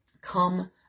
Come